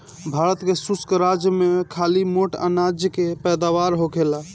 भारत के शुष्क राज में खाली मोट अनाज के पैदावार होखेला